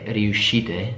riuscite